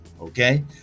okay